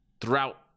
throughout